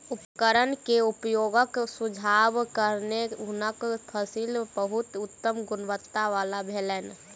उपकरण के उपयोगक सुझावक कारणेँ हुनकर फसिल बहुत उत्तम गुणवत्ता वला भेलैन